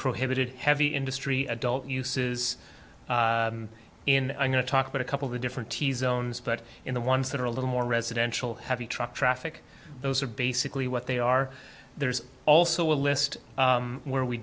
prohibited heavy industry adult uses in i'm going to talk about a couple of different teas own split in the ones that are a little more residential heavy truck traffic those are basically what they are there's also a list where we